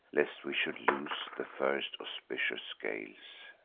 lest we should lose the first auspicious gales.